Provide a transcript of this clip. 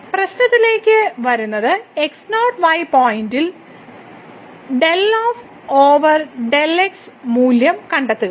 പ്രശ്നത്തിലേക്ക് വരുന്നത് x0y പോയിന്റിൽ ഡെൽ എഫ് ഓവർ ഡെൽ എക്സിന്റെ മൂല്യം കണ്ടെത്തുക